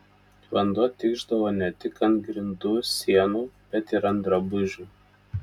vanduo tikšdavo ne tik ant grindų sienų bet ir ant drabužių